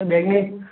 બેગની